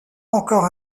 encore